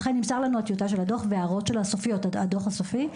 אכן נמסרה לנו הטיוטה של הדוח וההערות שלו הסופיות - הדוח הסופי.